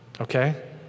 Okay